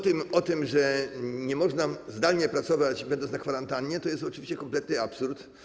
To, że nie można zdalnie pracować, będąc na kwarantannie, to jest oczywiście kompletny absurd.